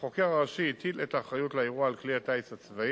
והחוקר הראשי הטיל את האחריות לאירוע על כלי הטיס הצבאי.